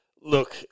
look